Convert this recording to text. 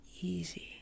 easy